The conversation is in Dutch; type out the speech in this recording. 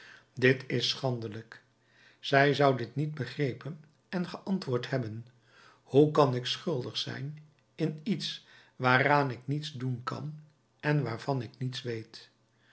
dit is schandelijk zij zou dit niet begrepen en geantwoord hebben hoe kan ik schuldig zijn in iets waaraan ik niets doen kan en waarvan ik niets weet